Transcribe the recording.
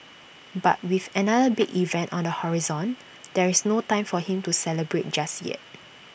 but with another big event on the horizon there is no time for him to celebrate just yet